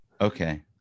okay